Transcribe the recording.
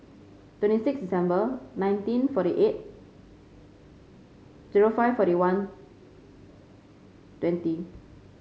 twenty six December nineteen forty eight zero five forty one twenty